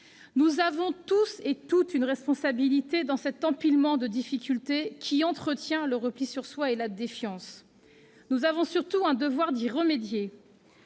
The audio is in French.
Nous avons toutes et tous une responsabilité dans cet empilement de difficultés qui entretiennent le repli sur soi et la défiance. Nous avons surtout le devoir d'y remédier,